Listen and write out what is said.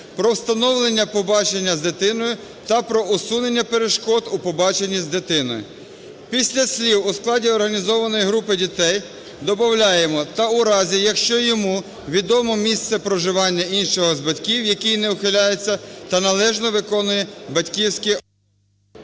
про встановлення побачення з дитиною та про усунення перешкод у побаченні з дитиною". Після слів "у складі організованої групи дітей" добавляємо "та у разі, якщо йому відомо місце проживання іншого з батьків, який не ухиляється та належно виконує батьківські…"